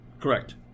Correct